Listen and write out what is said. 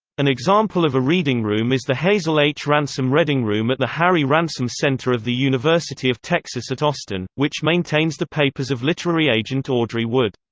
an example of a reading room is the hazel h. ransom reading room at the harry ransom center of the university of texas at austin, which maintains the papers of literary agent audrey wood.